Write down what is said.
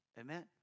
Amen